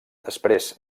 després